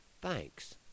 Thanks